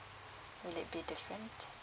will it be different